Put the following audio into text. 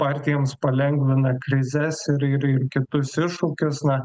partijoms palengvina krizes ir ir ir kitus iššūkius na